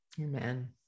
Amen